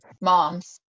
moms